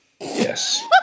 Yes